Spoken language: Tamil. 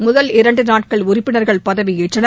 முதல் இரண்டு நாட்கள் உறுப்பினர்கள் பதவியேற்றனர்